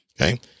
Okay